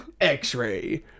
x-ray